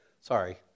Sorry